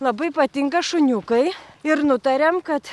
labai patinka šuniukai ir nutarėm kad